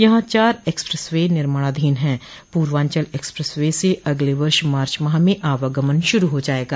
यहां चार expressway निर्माणाधीन है पूर्वांचल एक्सप्रेस वे से अगले वर्ष मार्च माह में आवागमन शुरू हो जायेगा